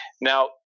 now